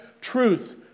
truth